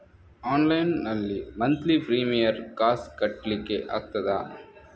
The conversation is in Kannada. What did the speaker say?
ಆನ್ಲೈನ್ ನಲ್ಲಿ ಮಂತ್ಲಿ ಪ್ರೀಮಿಯರ್ ಕಾಸ್ ಕಟ್ಲಿಕ್ಕೆ ಆಗ್ತದಾ?